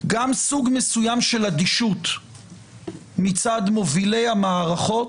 גם סוג מסוים של אדישות מצד מובילי המערכות